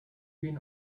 been